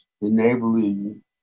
enabling